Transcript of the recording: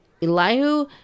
Elihu